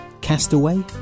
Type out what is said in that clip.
Castaway